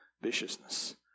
viciousness